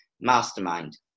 Mastermind